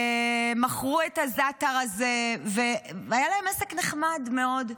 מכרו את הזעתר הזה והיה להן עסק נחמד מאוד,